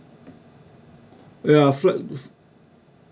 ya flight